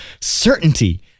certainty